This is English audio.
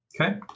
okay